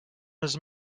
his